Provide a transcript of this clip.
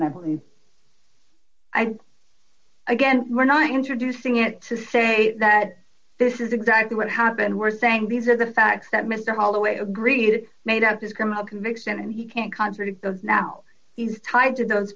and i again we're not introducing it to say that this is exactly what happened we're saying these are the facts that mr holloway agreed made up his criminal conviction and he can't contradict those now he's tied to those